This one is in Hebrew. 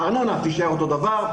הארנונה תישאר באותו גובה,